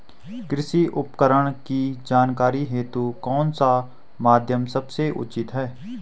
कृषि उपकरण की जानकारी हेतु कौन सा माध्यम सबसे उचित है?